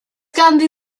ganddi